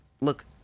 look